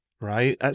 right